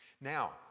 Now